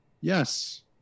Yes